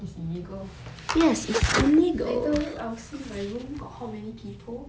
it's illegal later I'll see my room got how many people